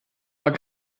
war